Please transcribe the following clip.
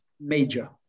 major